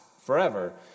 forever